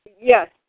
Yes